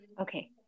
Okay